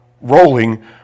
rolling